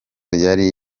yari